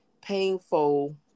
painful